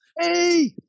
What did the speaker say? Hey